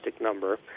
number